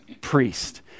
priest